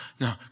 no